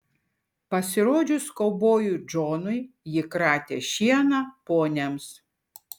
pasirodžius kaubojui džonui ji kratė šieną poniams